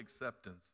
acceptance